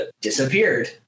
disappeared